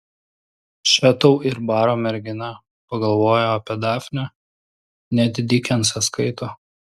še tau ir baro mergina pagalvojo apie dafnę net dikensą skaito